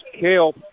Kale